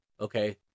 okay